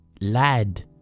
lad